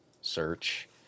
Search